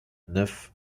neuf